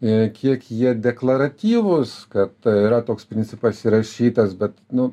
i kiek jie deklaratyvūs kad tai yra toks principas įrašytas bet nu